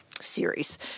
series